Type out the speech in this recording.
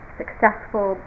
successful